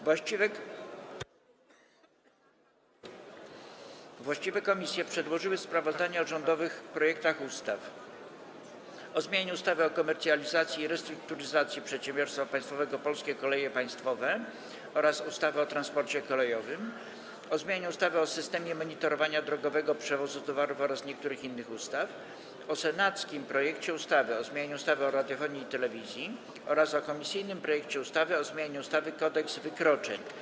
Właściwe komisje przedłożyły sprawozdania o rządowych projektach ustaw: - o zmianie ustawy o komercjalizacji i restrukturyzacji przedsiębiorstwa państwowego „Polskie Koleje Państwowe” oraz ustawy o transporcie kolejowym, - o zmianie ustawy o systemie monitorowania drogowego przewozu towarów oraz niektórych innych ustaw, - o senackim projekcie ustawy o zmianie ustawy o radiofonii i telewizji, - o komisyjnym projekcie ustawy o zmianie ustawy Kodeks wykroczeń.